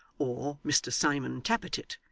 or mr simon tappertit,